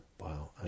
Wow